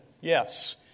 Yes